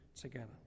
together